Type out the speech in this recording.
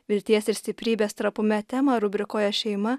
vilties ir stiprybės trapume temą rubrikoje šeima